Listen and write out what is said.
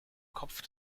kopf